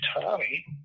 Tommy